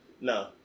No